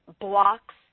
blocks